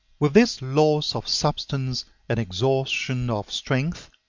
with this loss of substance and exhaustion of strength,